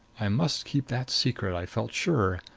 i must keep that secret, i felt sure.